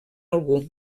algú